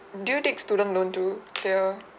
do take student loan to clear